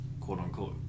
quote-unquote